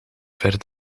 ver